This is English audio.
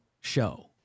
show